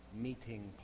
Meeting